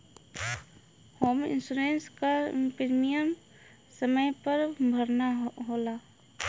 home insurance क premium समय पर भरना होला